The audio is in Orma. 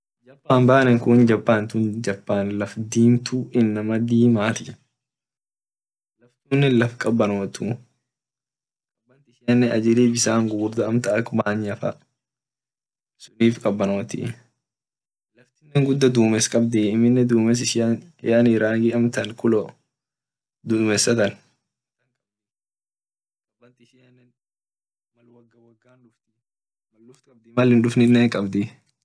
Japan baneku laf inama dimtu inama dimtua amine laf kabanotuu. Amine ajili bisan gugurda faa ak manya faa sunnif kabanotii amine guda dumes kabdii amine dumes ishia rangi amtan kulo dumesa.